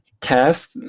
test